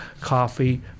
coffee